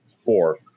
four